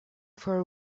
for